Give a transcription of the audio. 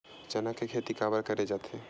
चना के खेती काबर करे जाथे?